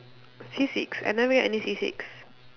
C six I never get any C six